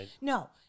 No